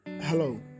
Hello